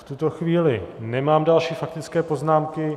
V tuto chvíli nemám další faktické poznámky.